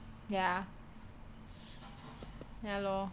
ya ya lor